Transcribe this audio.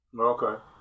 Okay